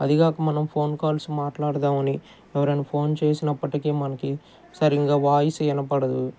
అదీకాక మనం phone calls మాట్లాడుదాము అని ఎవరైనా ఫోన్ చేసినప్పటికీ మనకి సరిగా వాయిస్ వినపడదు